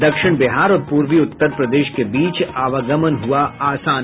दक्षिण बिहार और पूर्वी उत्तर प्रदेश के बीच आवागमन हुआ आसान